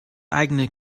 eigene